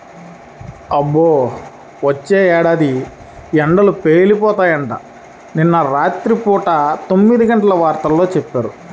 అబ్బో, వచ్చే ఏడాది ఎండలు పేలిపోతాయంట, నిన్న రాత్రి పూట తొమ్మిదిగంటల వార్తల్లో చెప్పారు